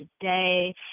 today